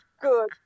good